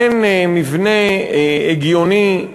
אין מבנה הגיוני,